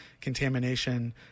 contamination